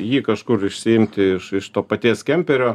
jį kažkur išsiimti iš to paties kemperio